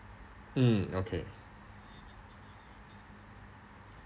mm okay